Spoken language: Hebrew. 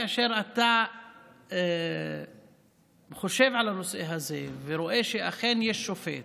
כאשר אתה חושב על הנושא הזה ורואה שאכן יש שופט,